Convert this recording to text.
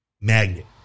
magnet